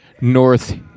North